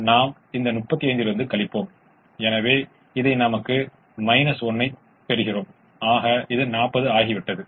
எனவே முதன்முதலில் சில சாத்தியமான தீர்வுகளை முதலில் கண்டுபிடிப்போம்